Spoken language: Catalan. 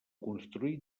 construït